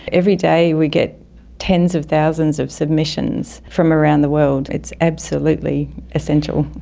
every day we get tens of thousands of submissions from around the world, it's absolutely essential.